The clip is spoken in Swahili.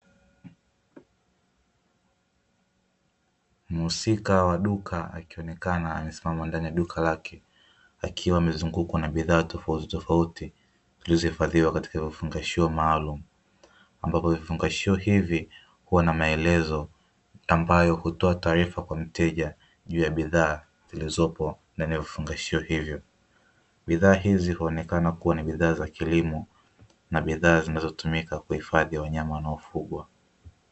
Muhusika wa duka akionekana amesimama ndani ya duka lake akiwa amezungukwa na bidhaa tofauti tofauti zikiwa katika vifungashio ambapo vifungashio hivi hua na maelezo ambayo hutoa taarifa kwa mteja juu ya bidhaa ambazo zimehifaziwa katika vifungashio hivyo, bidhaa hizi huonekana kua ni bidhaa za kilimo na bidhaa zinazotumika kuhifadhi wanyama wanao fugwa.